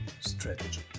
strategy